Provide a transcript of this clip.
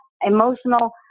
emotional